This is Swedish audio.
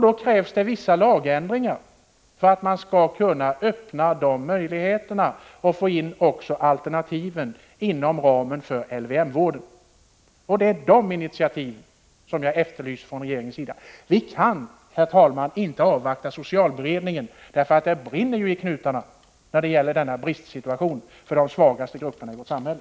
Det krävs vissa lagändringar för att man skall kunna öppna de möjligheterna och få in också alternativen inom ramen för LVM-vården. Det är här jag efterlyser initiativ från regeringens sida. Vi kan, herr talman, inte avvakta socialberedningens resultat — det brinner ju i knutarna när det gäller denna bristsituation för de svagaste grupperna i vårt samhälle.